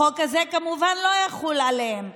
החוק הזה כמובן לא יחול עליהם.